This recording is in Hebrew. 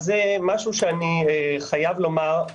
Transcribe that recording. זה משהו שאני חייב לומר .